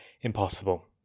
impossible